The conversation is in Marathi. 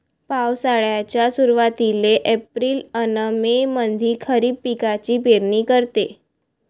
पावसाळ्याच्या सुरुवातीले एप्रिल अन मे मंधी खरीप पिकाची पेरनी करते